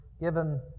given